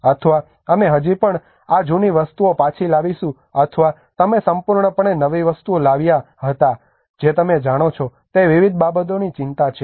અથવા અમે હજી પણ આ જૂની વસ્તુઓ પાછી લાવીશું અથવા તમે સંપૂર્ણપણે નવી વસ્તુ લઇને આવ્યાં હતાં જે તમે જાણો છો તે વિવિધ બાબતોની ચિંતા છે